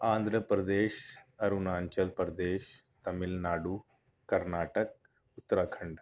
Andhra Pradesh Arunachal Pradesh Tamil Nadu Karnataka Uttarakhand